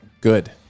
Good